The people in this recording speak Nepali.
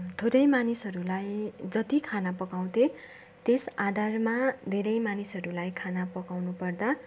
थोरै मानिसहरूलाई जति खाना पकाउँथेँ त्यस आधारमा धेरै मानिसहरूलाई खाना पकाउनु पर्दा